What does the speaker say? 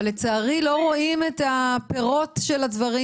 אבל לצערי לא רואים את הפירות של הדברים